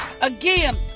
Again